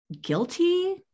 guilty